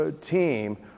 team